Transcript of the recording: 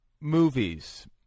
movies